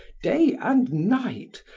day and night,